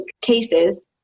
cases